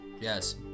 yes